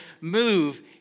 Move